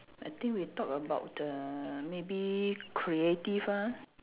I think we talk about the maybe creative ah